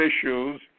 issues